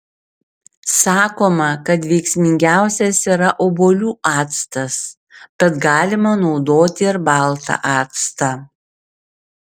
sakoma kad veiksmingiausias yra obuolių actas bet galima naudoti ir baltą actą